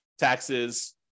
taxes